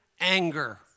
anger